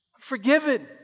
Forgiven